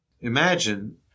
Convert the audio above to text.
Imagine